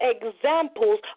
examples